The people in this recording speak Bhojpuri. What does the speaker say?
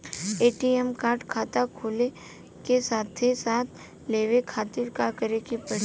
ए.टी.एम कार्ड खाता खुले के साथे साथ लेवे खातिर का करे के पड़ी?